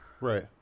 Right